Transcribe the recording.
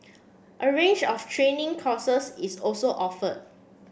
a range of training courses is also offered